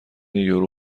یورو